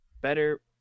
better